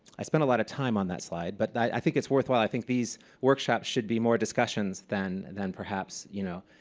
i spent a lot of time on that slide, but i think it's worthwhile, i think these workshops should be more discussions than than perhaps, you know,